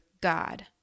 God